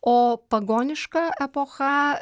o pagoniška epocha